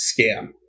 Scam